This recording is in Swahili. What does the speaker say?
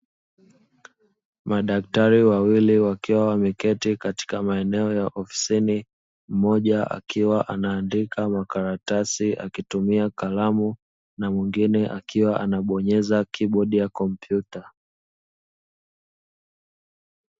Madaktari wawili wakiwa wameketi katika maeneo ya ofisini, mmoja akiwa anaandika makaratasi akitumia kalamu na mwingine akiwa anabonyeza kibodi ya kompyuta.